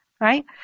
right